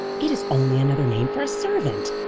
it is only another name for a servant.